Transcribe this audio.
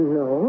no